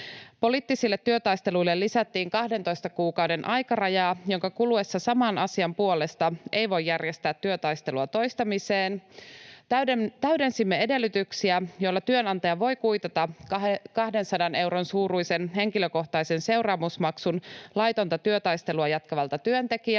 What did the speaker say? Poliittisille työtaisteluille lisättiin 12 kuukauden aikaraja, jonka kuluessa saman asian puolesta ei voi järjestää työtaistelua toistamiseen. Täydensimme edellytyksiä, joilla työnantaja voi kuitata 200 euron suuruisen henkilökohtaisen seuraamusmaksun laitonta työtaistelua jatkavalta työntekijältä.